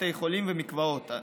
בתי חולים ומקוואות.